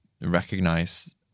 recognize